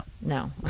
no